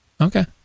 Okay